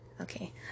okay